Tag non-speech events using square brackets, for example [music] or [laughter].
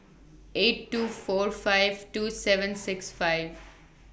eight two [noise] four five two seven six five